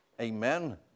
Amen